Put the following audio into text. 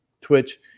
Twitch